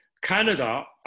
Canada